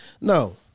No